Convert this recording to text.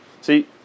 See